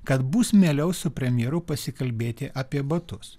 kad bus mieliau su premjeru pasikalbėti apie batus